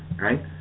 right